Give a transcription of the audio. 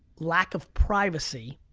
lack of privacy,